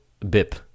BIP